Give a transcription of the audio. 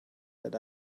that